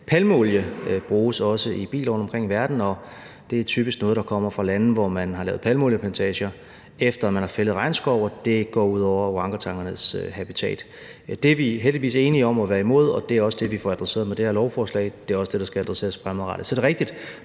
også bruges i biler rundtomkring i verden, og det er typisk noget, der kommer fra lande, hvor man har lavet palmeolieplantager, efter man har fældet regnskov, og det går ud over orangutangernes habitat. Det er vi heldigvis enige om at være imod, og det er også det, vi får adresseret med det her lovforslag, og det er også det, der skal adresseres fremadrettet. Så er det rigtigt,